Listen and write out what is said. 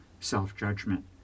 self-judgment